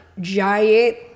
giant